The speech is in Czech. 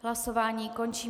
Hlasování končím.